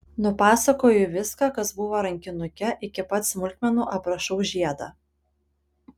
nupasakoju viską kas buvo rankinuke iki pat smulkmenų aprašau žiedą